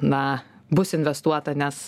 na bus investuota nes